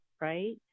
right